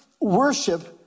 worship